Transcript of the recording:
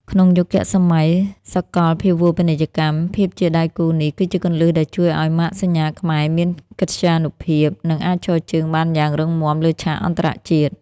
ក្នុងយុគសម័យសកលភាវូបនីយកម្ម ភាពជាដៃគូនេះគឺជាគន្លឹះដែលជួយឱ្យម៉ាកសញ្ញាខ្មែរមានកិត្យានុភាព និងអាចឈរជើងបានយ៉ាងរឹងមាំលើឆាកអន្តរជាតិ។